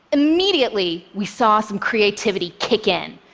immediately, we saw some creativity kick in.